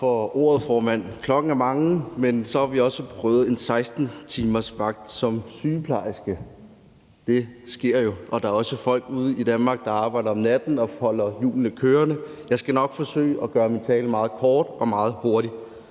for ordet, formand. Klokken er mange, men så har vi også prøvet en 16-timersvagt, som man har som sygeplejerske – det sker jo. Og der er også folk rundtomkring i Danmark, der arbejder om natten og holder hjulene i gang. Jeg skal nok forsøge at gøre min tale meget kort. Ja, økonomien